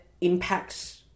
impact